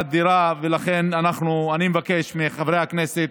ולכן, אני מבקש מחברי הכנסת